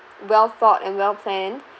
well-thought and well-planned